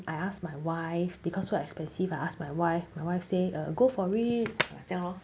I asked my wife because so expensive I asked my wife my wife say go for it 这样 lor